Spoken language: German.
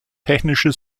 technische